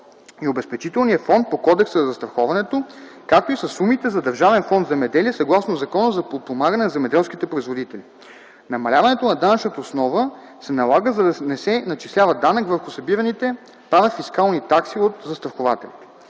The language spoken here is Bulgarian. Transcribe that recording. и Обезпечителния фонд по Кодекса за застраховането, както и със сумите за Държавен фонд „Земеделие” съгласно Закона за подпомагане на земеделските производители. Намалението на данъчната основа се налага, за да не се начислява данък върху събираните парафискални такси от застрахователите.